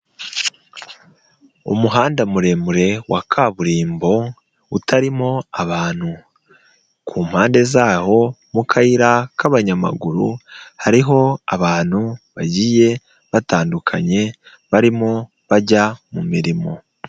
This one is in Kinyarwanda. Umuhanda muremure wa kaburimbo, utarimo abantu. Ku mpande zaho mu kayira k'abanyamaguru hariho abantu bagiye batandukanye barimo bajya mu mirimo.